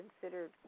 considered